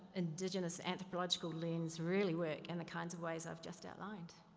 indigenous anthropological lines, really work? and the kinds of ways i've just outlined.